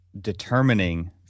determining